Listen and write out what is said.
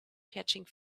catching